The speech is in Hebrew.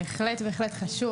בהחלט בהחלט חשוב,